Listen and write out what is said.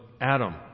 Adam